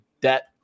debt